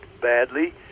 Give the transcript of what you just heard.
badly